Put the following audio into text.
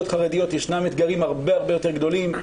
חרדיות יש אתגרים הרבה יותר גדולים.